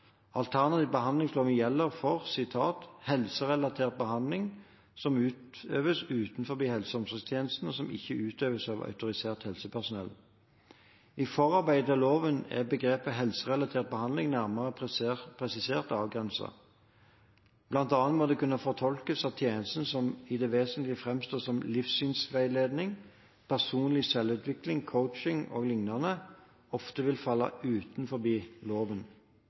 behandling som utøves utenfor helse- og omsorgstjenesten, og som ikke utøves av autorisert helsepersonell». I forarbeidene til loven er begrepet «helserelatert behandling» nærmere presisert og avgrenset. Blant annet må det kunne fortolkes slik at tjenester som i det vesentligste framstår som livssynsveiledning, personlig selvutvikling, coaching o.l., ofte vil falle utenfor loven.